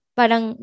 parang